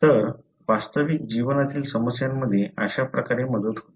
तर वास्तविक जीवनातील समस्यांमध्ये अशा प्रकारे मदत होते